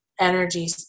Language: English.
energy